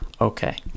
Okay